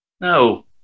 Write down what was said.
no